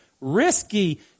risky